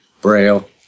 Braille